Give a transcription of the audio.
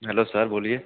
hello sir बोलिए